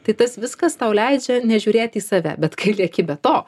tai tas viskas tau leidžia nežiūrėti į save bet kai lieki be to